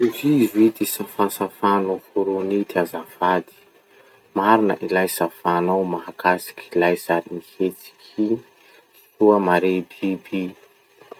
Tohizo ity safasafa noforony ity azafady: " Marina ilay safànao mahakasiky ilay sarimihetsiky iny, soa mare biby